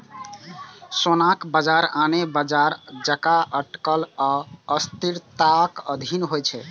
सोनाक बाजार आने बाजार जकां अटकल आ अस्थिरताक अधीन होइ छै